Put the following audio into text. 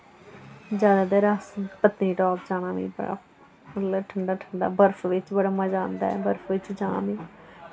ज्यादातर अस पत्तनीटाप जाना मिं बड़ा मतलब ठंडा ठंड बर्फ च बड़ा मजा आंदा ऐ बर्फ बिच जां में